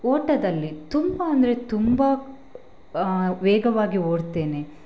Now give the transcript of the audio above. ಓಟದಲ್ಲಿ ತುಂಬ ಅಂದರೆ ತುಂಬ ವೇಗವಾಗಿ ಓಡ್ತೇನೆ ಅದರಲ್ಲಿ ಕೂಡ ನಾನು ಚಾಂಪಿಯನ್ಶಿಪ್ಪನ್ನು ಗಳಿಸಿದ್ದೇನೆ ಇದು ಕೂಡ ನನ್ನ ಒಂದು ದೊಡ್ಡ ಸಾಧನೆ ಅಂತ ಹೇಳ್ಬೋದು